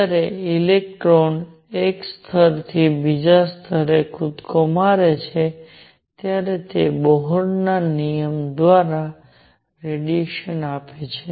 જ્યારે ઇલેક્ટ્રોન એક સ્તરથી બીજા સ્તરે કૂદકો મારે છે ત્યારે તે બોહરના નિયમ દ્વારા રેડિયેશન આપે છે